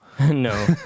No